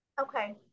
Okay